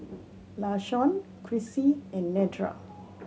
Lashawn Chrissie and Nedra